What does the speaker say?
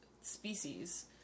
species